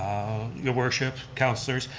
your worship, councilors,